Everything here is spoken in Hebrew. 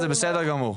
זה בסדר גמור,